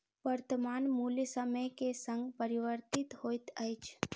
वर्त्तमान मूल्य समय के संग परिवर्तित होइत अछि